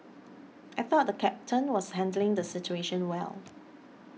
I thought the captain was handling the situation well